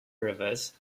rivers